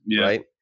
right